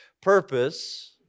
purpose